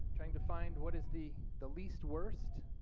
trying to find what is the the least worst.